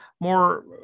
more